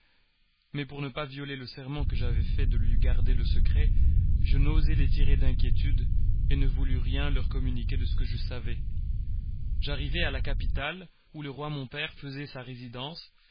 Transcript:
mais pour ne pas violer le serment que j'avais fait de lui garder le secret je n'osai les tirer d'inquiétude et ne voulus rien leur communiquer de ce que je savais j'arrivai à la capitale où le roi mon père faisait sa résidence